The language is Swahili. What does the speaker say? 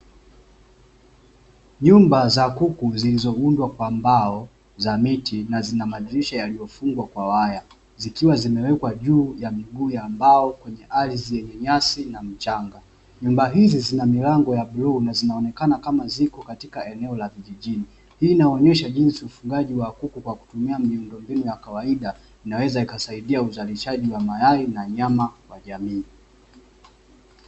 Nyumba za kuku zilizoundwa kwa mbao za miti na zina madirisha yaliyofungwa kwa waya zikiwa zimewekwa juu ya miguu ya mbao kwenye ardhi yenye nyasi na mchanga nyumba hizi zina milango ya blue na zinaonekana kama ziko katika eneo la vijijini hii inaonyesha jinsi ufungaji wa kuku kwa kutumia miundo mbinu ya kawaida inaweza ikasaidia uzalishaji wa mayai na nyama kwa jamii.